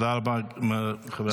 תודה רבה, חברת הכנסת.